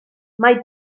mae